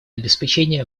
обеспечения